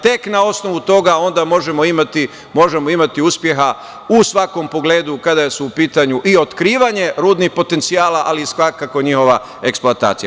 Tek na osnovu toga onda možemo imati uspeha u svakom pogledu kada su u pitanju otkrivanja rudnih potencijala, ali svakako i njihova eksploatacija.